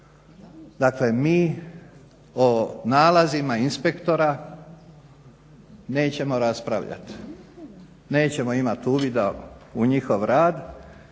Dakle, mi o nalazima inspektora nećemo raspravljati, nećemo imati uvida u njihov rad.